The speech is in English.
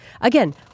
again